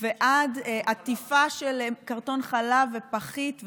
ועד עטיפה של קרטון חלב, פחית,